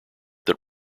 that